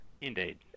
Indeed